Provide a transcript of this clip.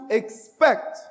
expect